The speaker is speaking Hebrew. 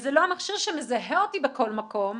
וזה לא המכשיר שמזהה אותי בכל מקום.